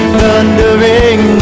thundering